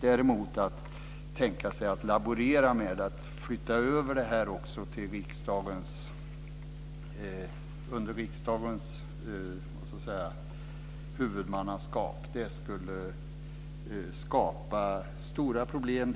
Däremot att laborera med detta och flytta över detta under riksdagens huvudmannaskap skulle skapa stora problem.